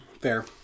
Fair